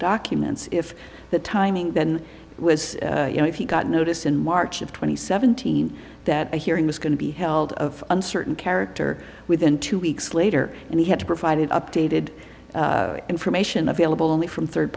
documents if the timing then was you know if you got notice in march of twenty seventeen that a hearing was going to be held of on certain character within two weeks later and he had to provide it updated information available only from third